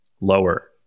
Lower